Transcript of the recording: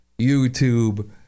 YouTube